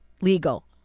legal